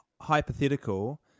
hypothetical